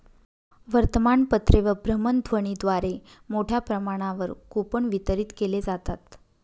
वर्तमानपत्रे व भ्रमणध्वनीद्वारे मोठ्या प्रमाणावर कूपन वितरित केले जातात